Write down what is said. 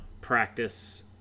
practice